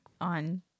on